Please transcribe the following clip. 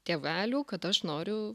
tėvelių kad aš noriu